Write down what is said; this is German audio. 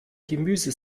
gemüse